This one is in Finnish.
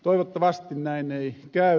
toivottavasti näin ei käy